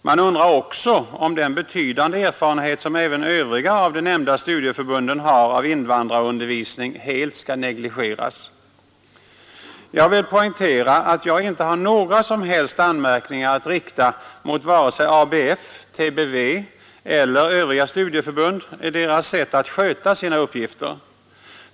Man undrar också om den betydande erfarenhet som även övriga studieförbund har av invandrarundervisning helt skall negligeras. Jag vill poängtera att jag icke har några som helst anmärkningar att rikta mot vare sig ABF, TBV eller övriga studieförbund i deras sätt att sköta sina uppgifter.